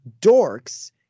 dorks